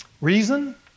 Reason